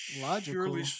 logical